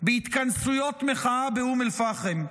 בהתכנסויות מחאה באום אל-פחם,